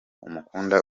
umukunda